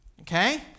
okay